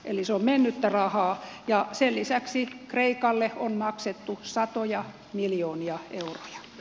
eli se on mennyttä rahaa ja sen lisäksi kreikalle on maksettu satoja miljoonia euroja